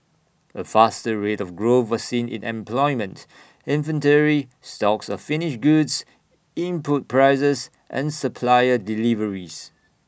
A faster rate of growth was seen in employment inventory stocks of finished goods input prices and supplier deliveries